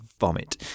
vomit